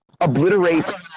obliterate